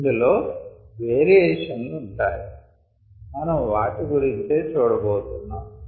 ఇందులో వేరియేషన్ లు ఉంటాయి మనము వాటి గురించే చూడబోతున్నాం